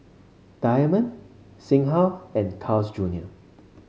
Diamond Singha and Carl's Junior